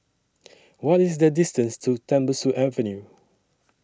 What IS The distance to Tembusu Avenue